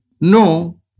No